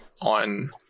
on